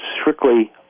strictly